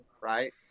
right